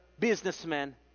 businessmen